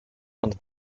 under